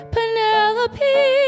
Penelope